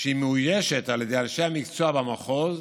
שמאוישת על ידי אנשי המקצוע במחוז.